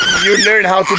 you lurn how